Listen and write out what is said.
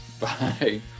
Bye